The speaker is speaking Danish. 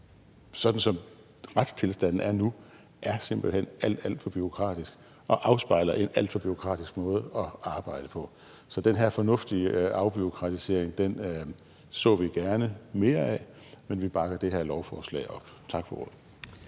for retstilstanden, som den er nu, er simpelt hen alt, alt for bureaukratisk og afspejler en alt for bureaukratisk måde at arbejde på. Så den her fornuftige afbureaukratisering så vi gerne mere af, men vi bakker det her lovforslag op. Tak for ordet.